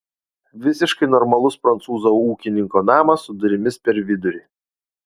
visiškai normalus prancūzo ūkininko namas su durimis per vidurį